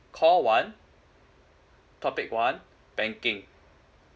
call one topic one banking